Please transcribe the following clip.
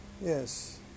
Yes